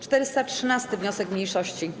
413. wniosek mniejszości.